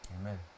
Amen